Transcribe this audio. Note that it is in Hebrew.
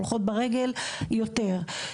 הולכות ברגל יותר,